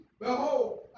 behold